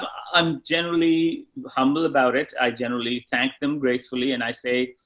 i'm generally humble about it. i generally thank them gracefully and i say,